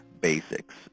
basics